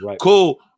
Cool